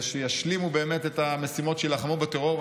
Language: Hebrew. ושישלימו באמת את המשימות ויילחמו בטרור.